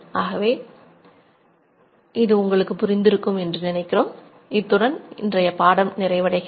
ஆகவே இத்துடன் இன்றைய பாடம் முடிவடைகிறது